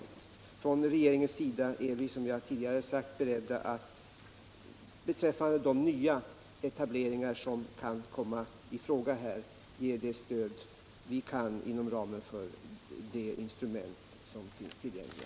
Vi är inom regeringen, som jag tidigare sagt, beredda att beträffande de nya etableringar som kan komma i fråga ge det stöd som vi kan åstadkomma inom ramen för de instrument som är tillgängliga.